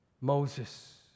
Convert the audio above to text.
Moses